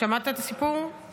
שמעת את הסיפור,